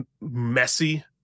messy